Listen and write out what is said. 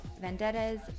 Vendettas